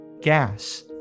gas